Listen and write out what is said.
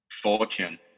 fortune